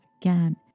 again